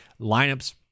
lineups